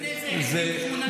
ולפני זה העבירו 8 מיליון.